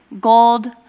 gold